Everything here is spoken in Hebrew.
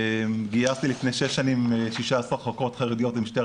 גייסתי לפני שש שנים 16 חוקרות חרדיות ממשטרת